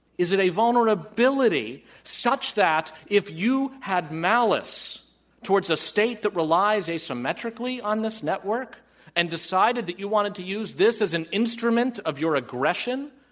is it a vulnerability such that if you had malice towards a state that relies asymmetrically on this network and decided that you wanted to use this as an instrument of your aggression,